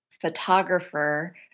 photographer